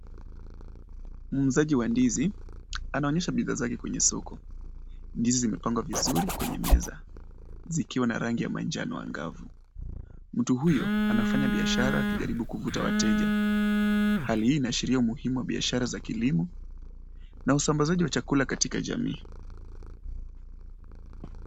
Muuzaji wa ndizi anaonyesha bidhaa zake kwenye soko. Ndizi zimepangwa vizuri kwenye meza zikiwa na rangi ya manjano angavu. Mtu huyo anafanya biashara akijaribu kuvuta wateja. Hali hii inaashiria umuhimu wa biashara za kilimo na usambazaji wa kilimo katika jamii.